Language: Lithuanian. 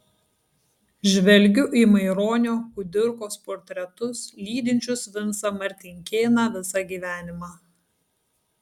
žvelgiu į maironio kudirkos portretus lydinčius vincą martinkėną visą gyvenimą